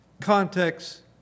context